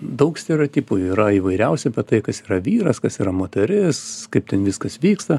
daug stereotipų yra įvairiausių apie tai kas yra vyras kas yra moteris kaip ten viskas vyksta